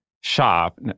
shop